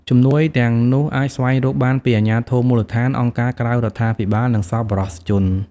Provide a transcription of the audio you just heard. ជំនួយទាំងនោះអាចស្វែងរកបានពី អាជ្ញាធរមូលដ្ឋាន អង្គការក្រៅរដ្ឋាភិបាលនិងសប្បុរសជន។